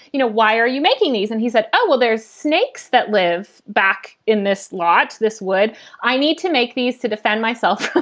you know, why are you making these? and he said, oh, well, there's snakes that live back in this lot. this would i need to make these to defend myself.